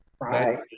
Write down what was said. right